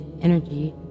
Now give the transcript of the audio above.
energy